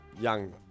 young